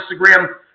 Instagram